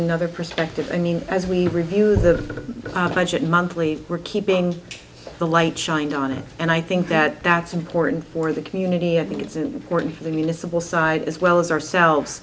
another perspective i mean as we review the budget monthly we're keeping the light shined on it and i think that that's important for the community i think it's important for the municipal side as well as ourselves